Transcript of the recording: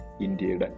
India